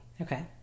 Okay